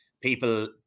people